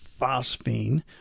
phosphine